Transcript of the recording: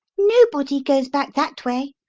nobody goes back that way,